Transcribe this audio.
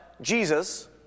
Jesus